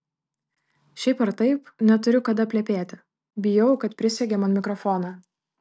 šiaip ar taip neturiu kada plepėti bijau kad prisegė man mikrofoną